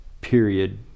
period